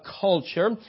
culture